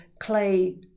clay